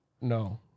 No